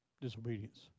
disobedience